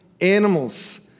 animals